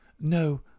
No